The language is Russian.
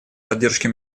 поддержке